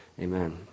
Amen